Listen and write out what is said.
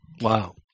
Wow